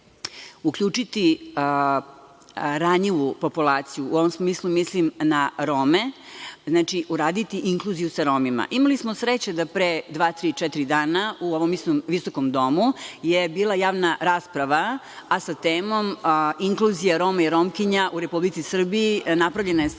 uključiti ranjivu populaciju. U ovom smislu mislim na Rome, znači, uraditi inkluziju sa Romima. Imali smo sreće da pre dva, tri, četiri dana u ovom istom visokom domu je bila javna rasprava a sa temom „Inkluzija Roma i Romkinja u Republici Srbiji“, napravljena je strategija,